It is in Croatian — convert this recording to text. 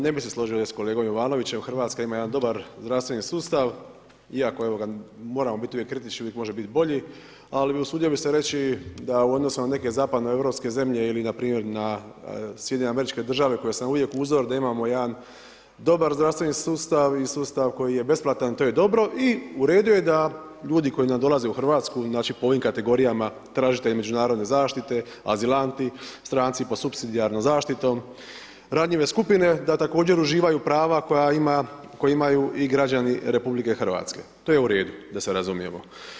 Ne bi se složio sa kolegom Jovanovićem, Hrvatska ima jedan dobar zdravstveni sustav, iako moramo uvijek biti kritični, uvijek može biti bolji, ali usudio bi se reći da u odnosu na neke zapadno europske zemlje ili npr. na SAD koje su nam uvijek uzor, da imamo jedan dobar zdravstveni sustav i sustav koji je besplatan, to je dobro i u redu je da ljudi koji nam dolaze u Hrvatsku, znači po ovim kategorijama, tražitelji međunarodne zaštite, azilanti, stranci pod supsidijarnom zaštitom, ranjive skupine, da također uživaju prava koja imaju i građani RH, to je u redu da se razumijemo.